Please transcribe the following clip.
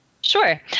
Sure